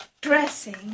dressing